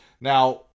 Now